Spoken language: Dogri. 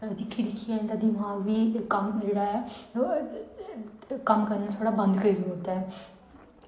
दिक्खी दिक्खियै इंदा दमाग बी जेह्ड़ा ऐ ओह् कम्म करना थोह्ड़ा बंद करी ओड़दा ऐ